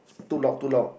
too long too long